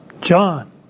John